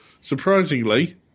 Surprisingly